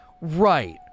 Right